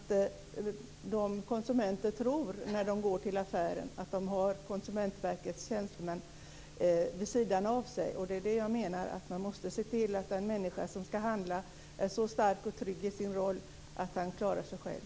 Fru talman! Det jag är rädd för är att konsumenterna tror att de har Konsumentverkets tjänstemän vid sin sida när de går till affären. Jag menar att man måste se till att den människa som skall handla är så stark och trygg i sin roll att han klarar sig själv.